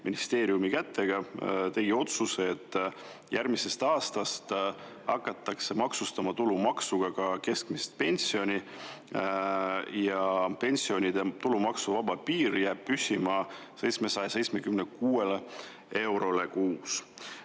ministeeriumi kätega tehtud otsus –, et järgmisest aastast hakatakse maksustama tulumaksuga ka keskmist pensioni. Pensionide tulumaksuvaba piir jääb püsima 776 eurole kuus,